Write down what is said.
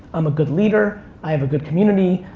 i'm a good leader. i have a good community.